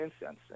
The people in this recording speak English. incense